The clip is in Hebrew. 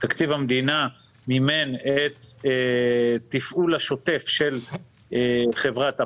תקציב המדינה מימן את התפעול השוטף של חברת הפארק.